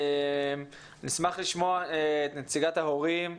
נשמח לשמוע את נציגת ההורים,